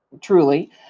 truly